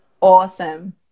awesome